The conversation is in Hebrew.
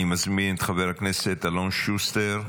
אני מזמין את חבר הכנסת אלון שוסטר,